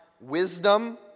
wisdom